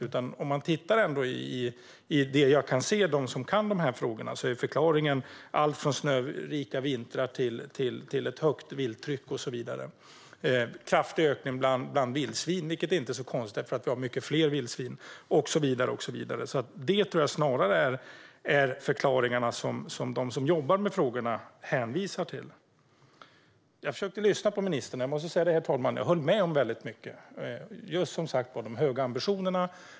Förklaringarna från dem som kan de här frågorna är allt från snörika vintrar till ett högt vilttryck, vilket inte är så konstigt, för vi har till exempel en kraftig ökning av vildsvin. Det här är vad de som jobbar med frågorna hänvisar till, och jag tror snarare på den förklaringen. Herr talman! När jag lyssnade på ministern måste jag säga att jag höll med om väldigt mycket, till exempel när det gäller de höga ambitionerna.